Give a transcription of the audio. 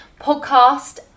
podcast